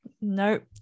nope